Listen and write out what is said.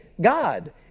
God